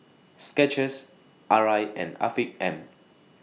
Skechers Arai and Afiq M